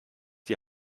die